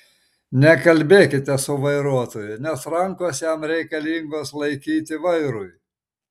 nekalbėkite su vairuotoju nes rankos jam reikalingos laikyti vairui